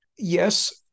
Yes